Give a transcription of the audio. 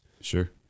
sure